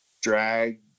drag